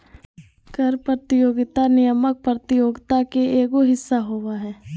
कर प्रतियोगिता नियामक प्रतियोगित के एगो हिस्सा होबा हइ